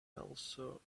also